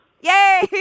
Yay